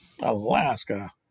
Alaska